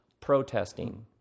protesting—